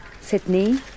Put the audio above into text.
Sydney